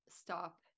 stop